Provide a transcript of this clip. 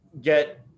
get